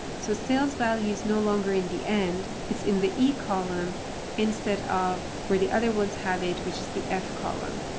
so sales value's no longer in the end, it's in the e column instead of where the other ones have it, which is the f column.